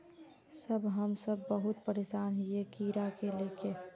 हम सब बहुत परेशान हिये कीड़ा के ले के?